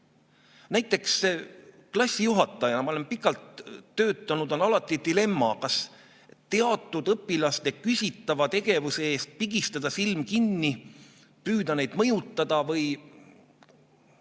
Näiteks klassijuhatajal – ma olen pikalt [klassijuhatajana] töötanud – on alati dilemma, kas teatud õpilaste küsitava tegevuse ees pigistada silm kinni, püüda neid mõjutada või